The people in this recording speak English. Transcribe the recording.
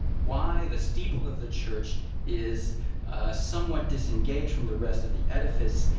why the steeple of the church is somewhat disengaged from the rest of the edifice.